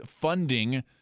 funding